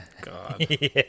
God